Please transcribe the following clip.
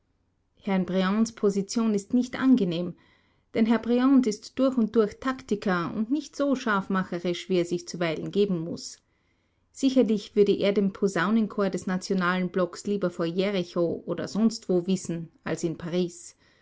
herrn briands position ist nicht angenehm denn herr briand ist durch und durch taktiker und nicht so scharfmacherisch wie er sich zuweilen geben muß sicherlich würde er den posaunenchor des nationalen blocks lieber vor jericho oder sonstwo wissen als in paris